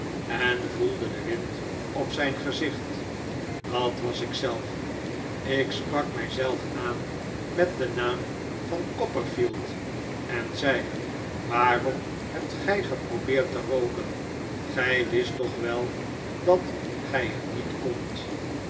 en voelde den wind op zijn gezicht dat was ik zelf ik sprak mij zelf aan met den naam van copperfield en zei waarom hebt gij geprobeerd te rooken gij wist toch wel dat gij het niet kondt